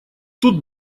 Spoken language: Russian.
тут